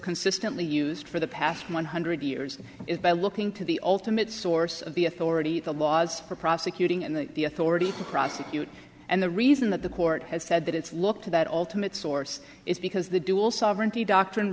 consistently used for the past one hundred years is by looking to the ultimate source of the authority the laws are prosecuting and the already across that you and the reason that the court has said that it's looked to that ultimate source is because the dual sovereignty doctrine